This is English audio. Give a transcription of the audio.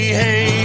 hey